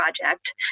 project